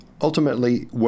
Ultimately